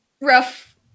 rough